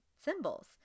symbols